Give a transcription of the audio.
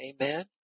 Amen